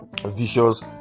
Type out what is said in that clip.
vicious